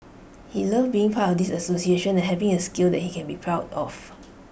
he loved being part of this association and having A skill that he can be proud of